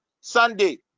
Sunday